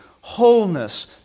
wholeness